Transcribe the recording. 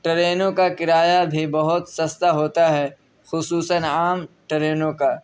ٹرینوں کا کرایہ بھی بہت سستا ہوتا ہے خصوصاً عام ٹرینوں کا